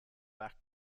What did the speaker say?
back